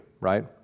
right